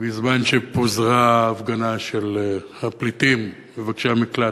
בזמן שפוזרה ההפגנה של הפליטים, מבקשי המקלט,